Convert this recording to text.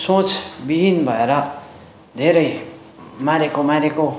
सोचबिहीन भएर धेरै मारेको मारेको